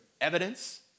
evidence